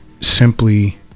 simply